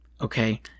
okay